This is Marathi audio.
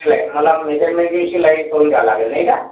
ठीक मला मेजरमेंटनी शिलाई करून द्यायला लागेल नाही का